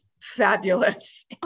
fabulous